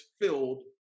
filled